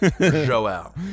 Joel